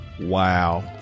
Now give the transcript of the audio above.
Wow